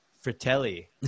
fratelli